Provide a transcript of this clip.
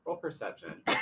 perception